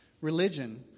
religion